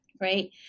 right